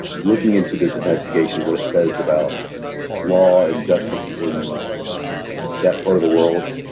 looking into this investigation, what it says about law and justice in that part of the world,